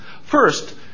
First